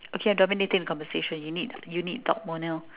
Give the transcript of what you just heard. okay I am dominating the conversation you need you need to talk more now